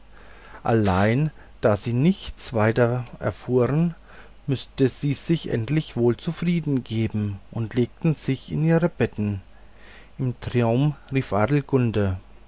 allein da sie nichts weiter erfuhren müßten sie sich endlich wohl zufriedengeben und legten sich in ihre betten im traume rief